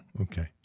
Okay